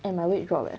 and my weight drop eh